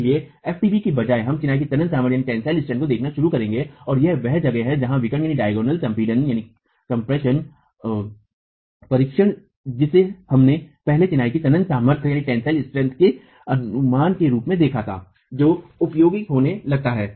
इसलिए fbt के बजाय हम चिनाई की तनन सामर्थ्य को देखना शुरू करेंगे और यही वह जगह है जहां विकर्ण संपीड़न परीक्षण जिसे हमने पहले चिनाई की तनन सामर्थ्य के अनुमान के रूप में देखा था जो उपयोगी होने लगता है